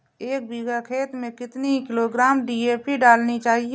एक बीघा खेत में कितनी किलोग्राम डी.ए.पी डालनी चाहिए?